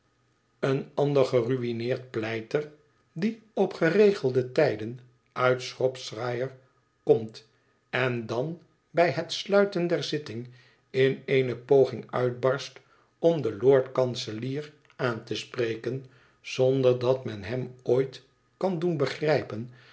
een ander geruïneerd pleiter die op geregelde tijden uit shropshire komt en dan bij het sluiten der zitting in eene poging uitbarst om den lord-kanselier aan te spreken zonder dat men hem ooit kan doen begrijpen